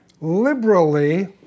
liberally